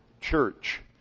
church